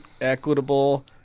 Equitable